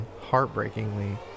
heartbreakingly